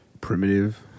Primitive